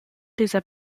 dieser